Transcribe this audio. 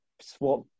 Swap